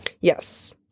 Yes